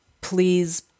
please